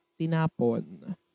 tinapon